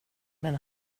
men